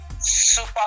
super